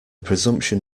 presumption